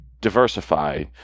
diversify